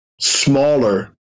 smaller